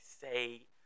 say